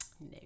No